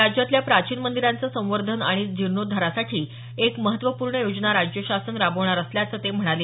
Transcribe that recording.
राज्यातल्या प्राचीन मंदिरांचं संवर्धन आणि जीर्णोद्धारासाठी एक महत्वपूर्ण योजना राज्य शासन राबवणार असल्याचं ते म्हणाले